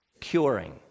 curing